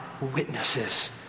witnesses